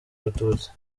abatutsi